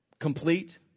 Complete